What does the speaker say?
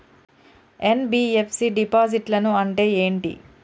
NBFC డిపాజిట్లను అంటే ఏంటి?